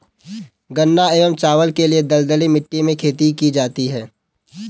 गन्ना एवं चावल के लिए दलदली मिट्टी में खेती की जाती है